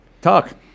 Talk